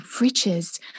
riches